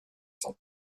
sont